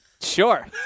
Sure